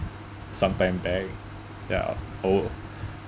sometime back ya oh